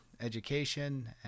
education